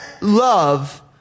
love